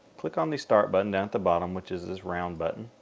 click on the start button down at the bottom which is this round button,